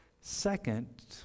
Second